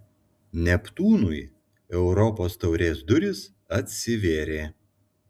neptūnui europos taurės durys atsivėrė